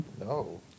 No